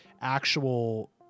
actual